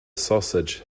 sausage